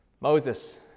Moses